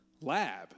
lab